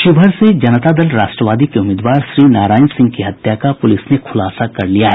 शिवहर से जनता दल राष्ट्रवादी के उम्मीदवार श्रीनारायण सिंह की हत्या का पुलिस ने खुलासा कर लिया है